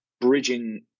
bridging